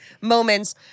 moments